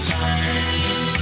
time